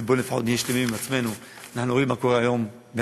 ובואו לפחות נהיה שלמים עם עצמנו: אנחנו רואים מה קורה היום בעזה.